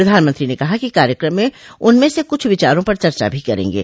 प्रधानमंत्री ने कहा कि कार्यक्रम में उनमें से कुछ विचारों पर चर्चा भी करेंगे